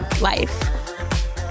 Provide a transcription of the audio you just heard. life